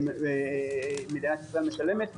מדינת ישראטל משלמת.